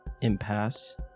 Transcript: impasse